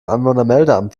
einwohnermeldeamt